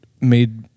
made